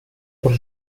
por